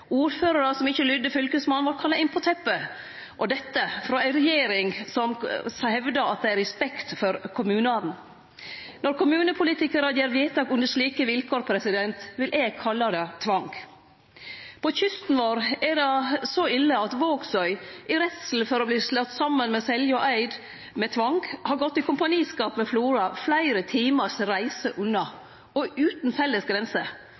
Ordførarar som ikkje lydde Fylkesmannen, vart kalla inn på teppet – og dette frå ei regjering som hevdar at dei har respekt for kommunane! Når kommunepolitikarar gjer vedtak under slike vilkår, vil eg kalle det tvang. På kysten vår er det så ille at Vågsøy, i redsle for å verte slått saman med Selje og Eid med tvang, har gått i kompaniskap med Flora, fleire timars reise unna og utan felles